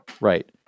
Right